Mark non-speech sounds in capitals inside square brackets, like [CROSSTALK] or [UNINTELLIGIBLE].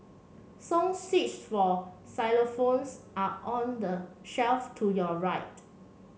song [UNINTELLIGIBLE] for xylophones are on the shelf to your right